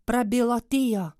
prabilo tio